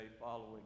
following